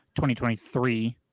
2023